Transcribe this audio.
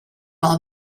all